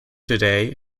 today